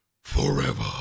Forever